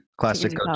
classic